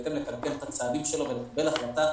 ובהתאם לכלכל את צעדיו ולקבל החלטה,